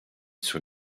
sur